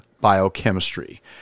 biochemistry